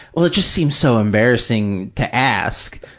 well, it just seems so embarrassing to ask.